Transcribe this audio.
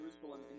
Jerusalem